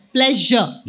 Pleasure